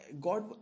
God